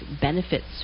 benefits